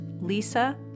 Lisa